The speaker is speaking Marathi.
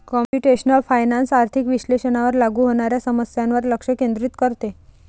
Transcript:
कम्प्युटेशनल फायनान्स आर्थिक विश्लेषणावर लागू होणाऱ्या समस्यांवर लक्ष केंद्रित करते